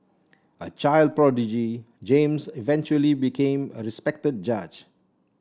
a child prodigy James eventually became a respected judge